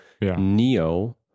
Neo